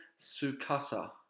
Sukasa